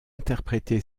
interprété